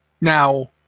Now